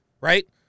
right